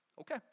okay